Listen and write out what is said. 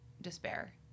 despair